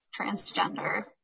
transgender